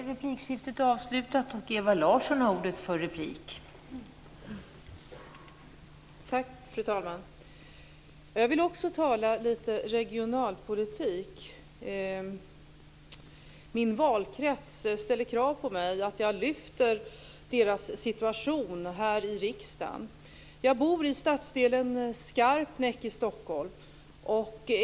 Fru talman! Jag vill också tala lite regionalpolitik. I min valkrets ställer de krav på mig att jag ska lyfta deras situation här i riksdagen. Jag bor i stadsdelen Skarpnäck i Stockholm.